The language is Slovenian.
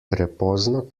prepozno